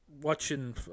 watching